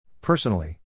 Personally